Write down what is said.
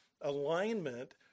alignment